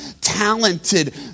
talented